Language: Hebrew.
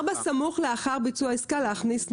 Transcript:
ב"סמוך לאחר ביצוע העסקה" להכניס מועד.